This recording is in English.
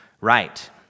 right